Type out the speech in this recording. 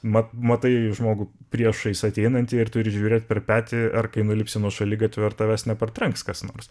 mat matai žmogų priešais ateinantį ir turi žiūrėt per petį ar kai nulipsi nuo šaligatvio ar tavęs nepartrenks kas nors